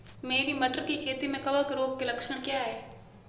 मेरी मटर की खेती में कवक रोग के लक्षण क्या हैं?